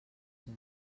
onze